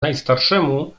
najstarszemu